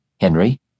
Henry